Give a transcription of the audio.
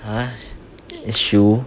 !huh! shoe